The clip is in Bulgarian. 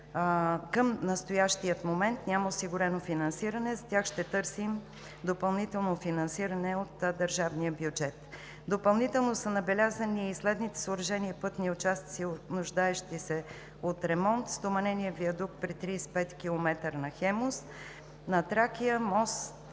към настоящия момент няма осигурено финансиране и за тях ще търсим допълнително от държавния бюджет. Допълнително са набелязани следните съоръжения и пътни участъци, нуждаещи се от ремонт: стоманеният виадукт при 35-и км на „Хемус“, на „Тракия“ – мост